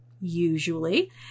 usually